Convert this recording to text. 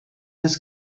des